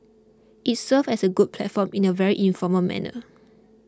it serves as a good platform in a very informal manner